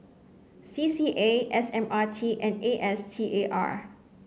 C C A S M R T and A S T A R